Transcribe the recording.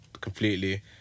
completely